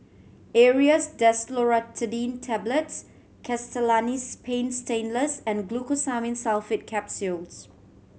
Aerius DesloratadineTablets Castellani's Paint Stainless and Glucosamine Sulfate Capsules